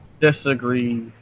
Disagree